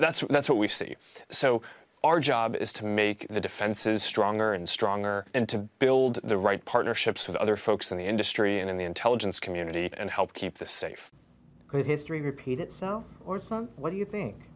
that's that's what we've seen so our job is to make the defenses stronger and stronger and to build the right partnerships with other folks in the industry and in the intelligence community and help keep the search because history repeat itself or what do you think